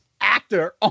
Actor